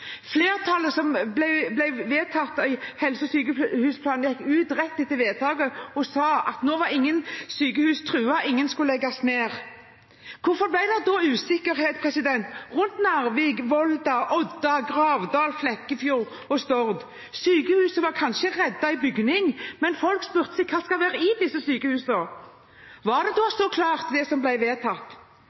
Flertallet som vedtok Nasjonal helse- og sykehusplan, gikk ut rett etter vedtaket og sa at nå var ingen sykehus truet, ingen sykehus skulle legges ned. Hvorfor ble det da usikkerhet rundt Narvik, Volda, Odda, Gravdal, Flekkefjord og Stord? Sykehusbygningene var kanskje reddet, men folk spurte seg: Hva skal være i disse sykehusene? Var det da så klart, det som ble vedtatt?